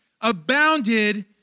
abounded